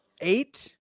Eight